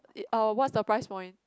uh what's the price point